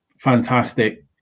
fantastic